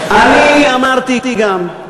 אני אמרתי גם,